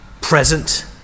present